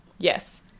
Yes